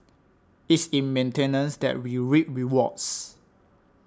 it's in maintenance that we reap rewards